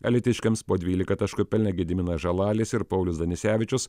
alytiškiams po dvylika taškų pelnė gediminas žalalis ir paulius danisevičius